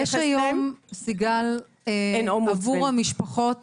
יש היום, סיגל, עבור המשפחות